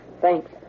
Thanks